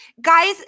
Guys